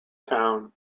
town